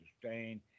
sustain